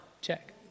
check